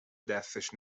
دستش